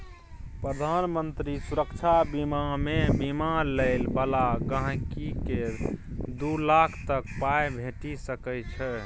प्रधानमंत्री सुरक्षा जीबन बीमामे बीमा लय बला गांहिकीकेँ दु लाख तक पाइ भेटि सकै छै